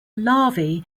larvae